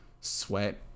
sweat